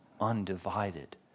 undivided